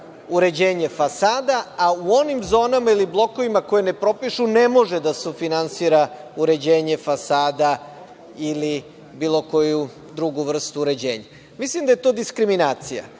uređenje fasada, a u onim zonama ili blokovima koje ne propišu ne može da sufinansira uređenje fasada ili bilo koju drugu vrstu uređenja. Mislim da je to diskriminacija.